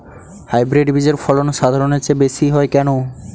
Hybrid বীজের ফলন সাধারণের চেয়ে বেশী হয় কেনো?